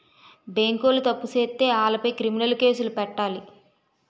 బేంకోలు తప్పు సేత్తే ఆలపై క్రిమినలు కేసులు పెట్టాలి